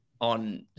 on